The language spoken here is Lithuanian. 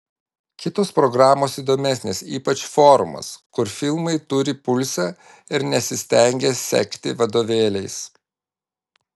kitos programos įdomesnės ypač forumas kur filmai turi pulsą ir nesistengia sekti vadovėliais